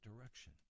direction